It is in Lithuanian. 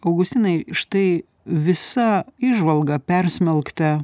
augustinai štai visa įžvalga persmelkta